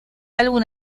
álbum